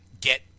get